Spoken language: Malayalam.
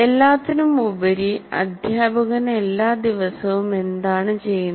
എല്ലാത്തിനുമുപരി അധ്യാപകൻ എല്ലാ ദിവസവും എന്താണ് ചെയ്യുന്നത്